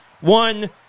one